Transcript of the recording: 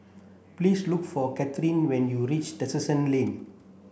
please look for Katherin when you reach Terrasse Lane